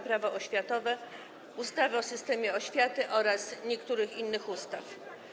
Prawo oświatowe, ustawy o systemie oświaty oraz niektórych innych ustaw.